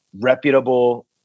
reputable